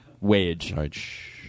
wage